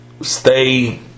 stay